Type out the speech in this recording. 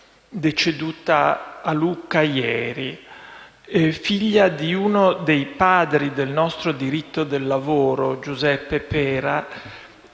deceduta a Lucca ieri. Figlia di uno dei padri del nostro diritto del lavoro, Giuseppe Pera,